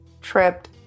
tripped